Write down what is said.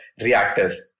reactors